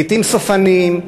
לעתים סופניים,